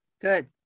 Good